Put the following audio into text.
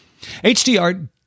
HDR